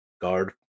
guard